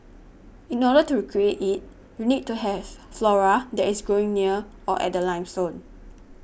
in order to create it you need to have flora that is growing near or at the limestone